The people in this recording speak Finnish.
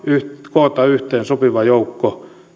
koota yhteen sopiva joukko